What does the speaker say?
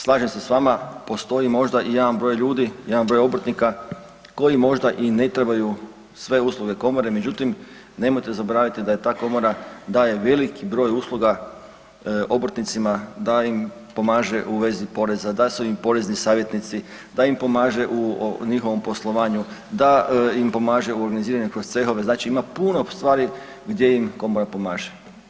Slažem se s vama, postoji možda i jedan broj ljudi, jedan broj obrtnika koji možda i ne trebaju sve usluge komore, međutim nemojte zaboraviti da je ta komora daje veliki broj usluga obrtnicima da im pomaže u vezi poreza, da su im porezni savjetnici, da im pomaže u njihovom poslovanju, da im pomaže u organiziranje kroz cehove, znači ima puno stvari gdje im komora pomaže.